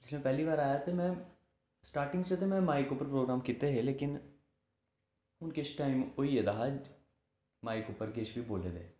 जिसलै पैह्ली बार आया ते में स्टार्टिंग च ते में माईक उप्पर प्रोग्राम कीते हे लेकिन हून किश टाइम होई गेदा हा माईक उप्पर किश बी बोले दे